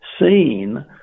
seen